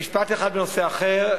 משפט אחד בנושא אחר.